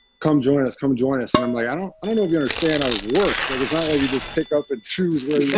come join us. come join us. and i'm like, i don't i don't know if you understand how this works. like, it's not like you just pick up and choose where